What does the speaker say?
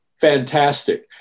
fantastic